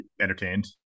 entertained